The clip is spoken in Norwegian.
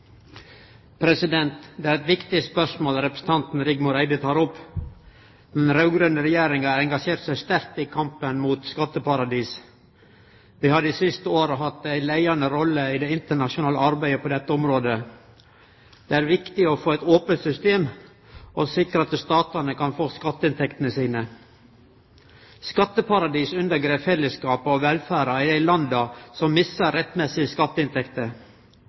opp. Den raud-grøne regjeringa har engasjert seg sterkt i kampen mot skatteparadis. Vi har dei siste åra hatt ei leiande rolle i det internasjonale arbeidet på dette området. Det er viktig å få eit ope system og sikre at statane kan få skatteinntektene sine. Skatteparadis undergrev fellesskapet og velferda i dei landa som misser rettmessige skatteinntekter.